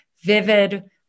vivid